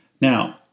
Now